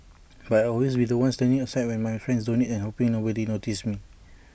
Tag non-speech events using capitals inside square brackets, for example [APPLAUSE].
but I'll always be The One standing aside when my friends donate and hoping nobody notices me [NOISE]